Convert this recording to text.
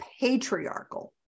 patriarchal